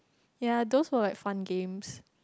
ya those were like fun games